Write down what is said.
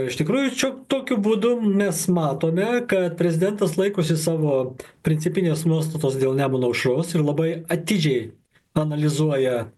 iš tikrųjų čia tokiu būdu mes matome kad prezidentas laikosi savo principinės nuostatos dėl nemuno aušros ir labai atidžiai analizuoja